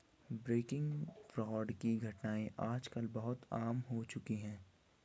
banking fraud की घटनाएं आज कल बहुत आम हो चुकी है